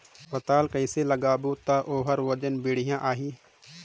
पातल कइसे लगाबो ता ओहार वजन बेडिया आही?